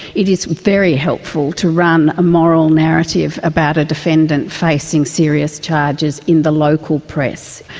it is very helpful to run a moral narrative about a defendant facing serious charges in the local press.